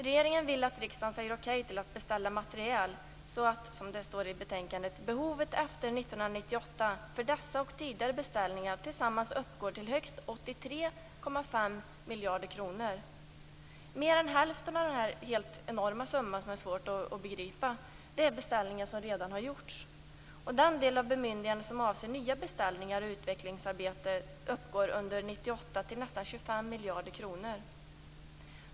Regeringen vill att riksdagen säger okej till att beställa materiel så att, som det står i betänkandet, behovet efter 1998 för dessa och tidigare beställningar tillsammans uppgår till högst 83,5 miljarder kronor. Mer än hälften av denna enorma summa, som är svår att begripa, är beställningar som redan har gjorts. Den del av bemyndigandet som avser nya beställningar och utvecklingsarbeten uppgår under 1998 till nästan 25 miljarder kronor.